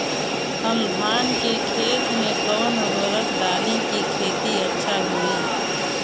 हम धान के खेत में कवन उर्वरक डाली कि खेती अच्छा होई?